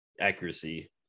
accuracy